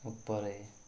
ଉପରେ